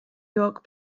york